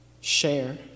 Share